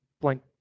blank